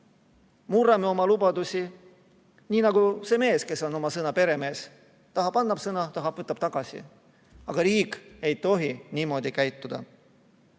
murrame oma lubadusi. Nii nagu see mees, kes on oma sõna peremees. Tahab, annab sõna, tahab, võtab tagasi. Aga riik ei tohi niimoodi käituda.